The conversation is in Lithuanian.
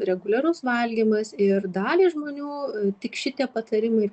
reguliarus valgymas ir daliai žmonių tik šitie patarimai